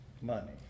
money